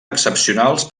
excepcionals